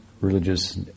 religious